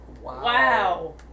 Wow